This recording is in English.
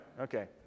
okay